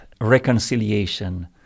reconciliation